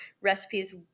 Recipes